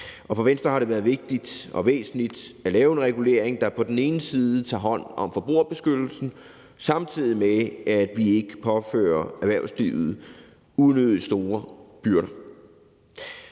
For Venstre har det været vigtigt og væsentligt at lave en regulering, der på den ene side tager hånd om forbrugerbeskyttelsen, samtidig med at vi ikke påfører erhvervslivet unødigt store byrder.